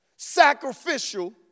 Sacrificial